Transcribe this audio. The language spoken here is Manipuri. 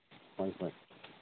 ꯍꯣꯏ ꯍꯣꯏ